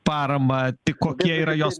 parama tik kokie yra jos